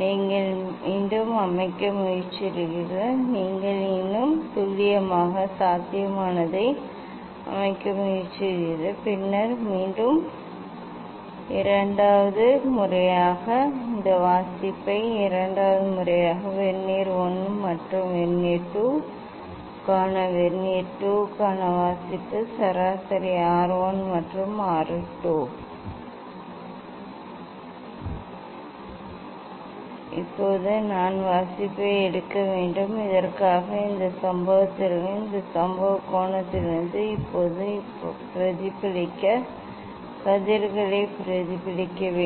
நீங்கள் மீண்டும் அமைக்க முயற்சிக்கிறீர்கள் நீங்கள் இன்னும் துல்லியமாக சாத்தியமானதை அமைக்க முயற்சிக்கிறீர்கள் பின்னர் மீண்டும் இரண்டாவது முறையாக இந்த வாசிப்பை இரண்டாவது முறையாக வெர்னியர் 1 மற்றும் வெர்னியர் 2 க்கான வெர்னியர் 2 க்கான வாசிப்பு சராசரி R 1 மற்றும் வெர்னியர் 2 சராசரி R 1 ஐக் கண்டறியவும் இப்போது நான் வாசிப்பை எடுக்க வேண்டும் இதற்காக இந்த சம்பவத்திற்கு இந்த சம்பவ கோணத்திற்கு இப்போது பிரதிபலித்த கதிர்களைப் பிரதிபலிக்க வேண்டும்